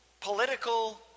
political